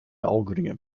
augenringe